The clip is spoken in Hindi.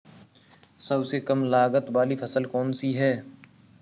सबसे कम लागत वाली फसल कौन सी है?